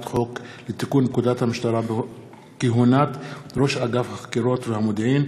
חוק לתיקון פקודת המשטרה (כהונת ראש אגף החקירות והמודיעין),